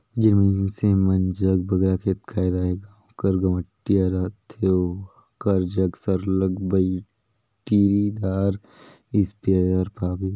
जेन मइनसे जग बगरा खेत खाएर अहे गाँव कर गंवटिया रहथे ओकर जग सरलग बइटरीदार इस्पेयर पाबे